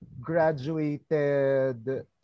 graduated